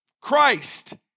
Christ